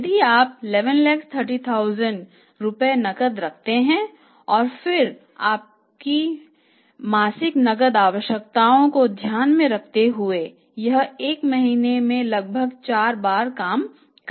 यदि आप 1130 लाख रुपए नकद रखते हैं और फिर अपनी मासिक नकद आवश्यकताओं को ध्यान में रखते हुए यह एक महीने में लगभग 4 बार काम करेगा